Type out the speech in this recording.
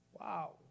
Wow